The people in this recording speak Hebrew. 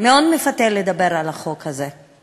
מאוד מפתה לדבר על החוק הזה,